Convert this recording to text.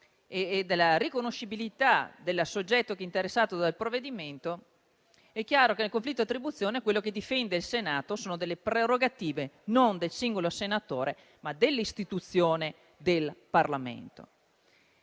e dalla riconoscibilità del soggetto interessato dal provvedimento. È chiaro che nel conflitto di attribuzione il Senato difende le prerogative non del singolo senatore, ma dell'istituzione parlamentare